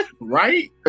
Right